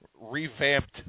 revamped